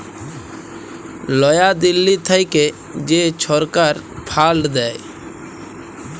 লয়া দিল্লী থ্যাইকে যে ছরকার ফাল্ড দেয়